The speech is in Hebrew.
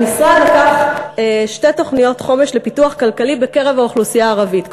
המשרד לקח שתי תוכניות חומש לפיתוח כלכלי בקרב האוכלוסייה הערבית.